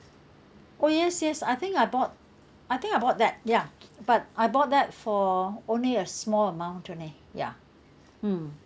oh yes yes I think I bought I think I bought that ya but I bought that for only a small amount only ya mm